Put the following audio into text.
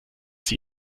sie